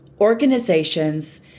organizations